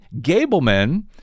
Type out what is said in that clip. Gableman